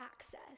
access